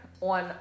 on